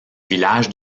villages